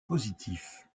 positif